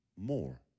more